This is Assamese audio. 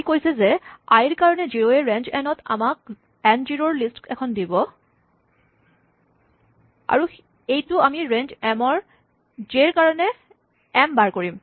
ই কৈছে যে আই ৰ কাৰণে জিৰ'য়ে ৰেঞ্জ এন ত আমাক এন জিৰ' ৰ লিষ্ট এখন দিব আৰু এইটো আমি ৰেঞ্জ এমৰ জে ৰ কাৰণে এম বাৰ কৰিম